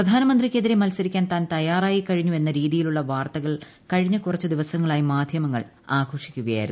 പ്രധാനമന്ത്രിയ്ക്കെതിരെ മൽസരിക്കാൻ താൻ തയ്യാറായിക്കഴിഞ്ഞു എന്ന രീതിയിലുള്ള വാർത്തകൾ കഴിഞ്ഞ കുറച്ചു ദിവസങ്ങളായി മാധ്യമങ്ങൾ ആഘോഷിക്കുകയായിരുന്നു